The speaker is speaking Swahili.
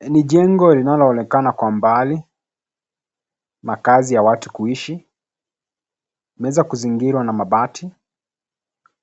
Ni jengo linaloonekana kwa mbali, makaazi ya watu kuishi. Umeweza kuzingirwa na mabati,